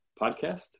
podcast